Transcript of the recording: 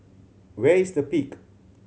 where is The Peak